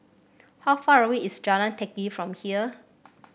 how far away is Jalan Teck Kee from here